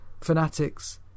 fanatics